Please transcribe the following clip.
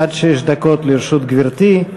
עד שש דקות לרשות גברתי.